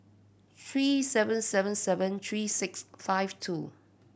three seven seven seven three six five two